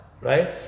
right